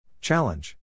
Challenge